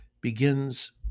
begins